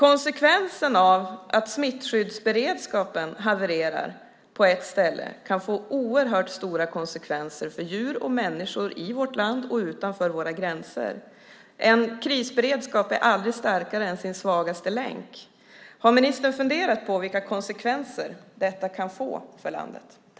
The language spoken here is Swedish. Om smittskyddsberedskapen havererar på ett ställe kan det få oerhört stora konsekvenser för djur och människor i vårt land och utanför våra gränser. En krisberedskap är aldrig starkare än dess svagaste länk. Har ministern funderat på vilka konsekvenser detta kan få för landet?